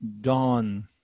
dawn